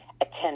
attend